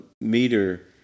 meter